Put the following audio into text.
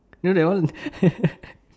know that one